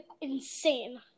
insane